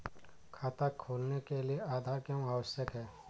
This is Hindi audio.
खाता खोलने के लिए आधार क्यो आवश्यक है?